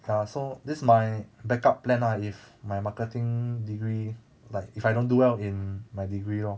ya so this my backup plan lah if my marketing degree like if I don't do well in my degree lor